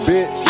Bitch